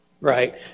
Right